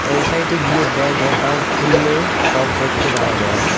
ওয়েবসাইটে গিয়ে bank account খুললে সব তথ্য জানা যায়